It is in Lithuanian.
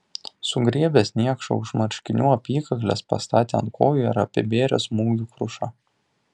sugriebęs niekšą už marškinių apykaklės pastatė ant kojų ir apibėrė smūgių kruša